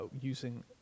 using